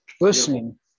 listening